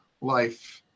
life